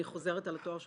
אני חוזרת על התואר שלך,